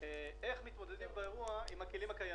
על איך מתמודדים באירוע עם הכלים הקיימים.